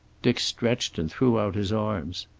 dick stretched and threw out his arms.